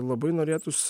labai norėtųs